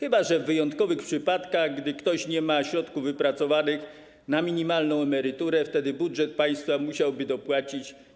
chyba że w wyjątkowych przypadkach, gdy ktoś nie ma środków wypracowanych na minimalną emeryturę, wtedy budżet państwa musiałby dopłacić.